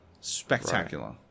Spectacular